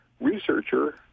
researcher